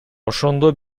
ошондо